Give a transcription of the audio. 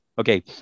okay